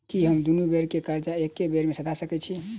की हम दुनू बेर केँ कर्जा एके बेर सधा सकैत छी?